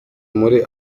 muri